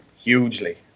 hugely